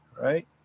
right